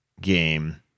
game